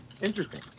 Interesting